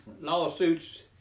lawsuits